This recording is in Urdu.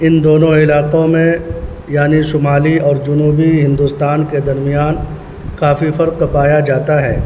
ان دونوں علاقوں میں یعنی شمالی اور جنوبی ہندوستان کے درمیان کافی فرق پایا جاتا ہے